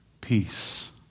peace